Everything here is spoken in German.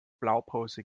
blaupause